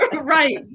Right